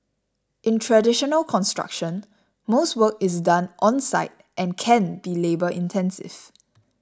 in traditional construction most work is done on site and can be labour intensive